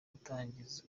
gutangariza